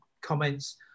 comments